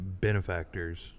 benefactors